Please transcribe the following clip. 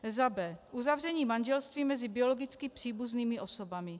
b) Uzavření manželství mezi biologicky příbuznými osobami.